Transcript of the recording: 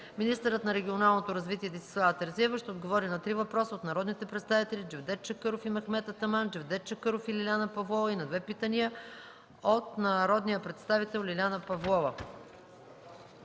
Министърът на регионалното развитие Десислава Терзиева ще отговори на три въпроса от народните представители Джевдет Чакъров и Мехмед Атаман, Джевдет Чакъров и Лиляна Павлова, и на две питания от народния представител Лиляна Павлова.